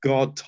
God